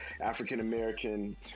African-American